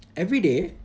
every day